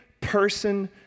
person